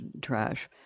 trash